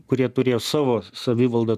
kurie turėjo savo savivaldą